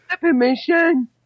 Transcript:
Permission